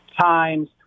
times